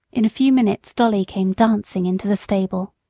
in a few minutes dolly came dancing into the stable.